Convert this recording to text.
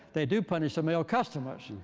they do punish the male customers.